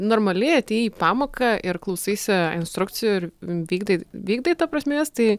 normaliai atėjai į pamoką ir klausaisi instrukcijų ir vykdai vykdai ta prasme jas tai